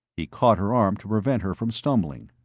he caught her arm to prevent her from stumbling.